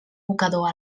mocador